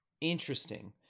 Interesting